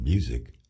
Music